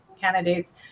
candidates